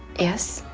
yes.